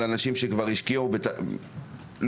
על האנשים שהשקיעו לא מזמן,